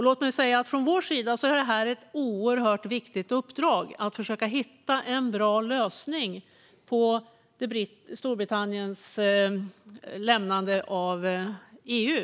Låt mig från vår sida säga att det är ett oerhört viktigt uppdrag att försöka hitta en bra lösning på Storbritanniens lämnande av EU.